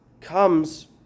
comes